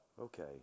okay